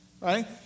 right